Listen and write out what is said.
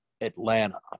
Atlanta